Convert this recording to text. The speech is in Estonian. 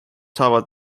saavad